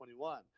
2021